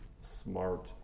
smart